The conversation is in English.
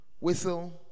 whistle